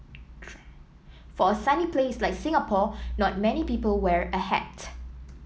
for a sunny place like Singapore not many people wear a hat